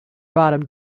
bottom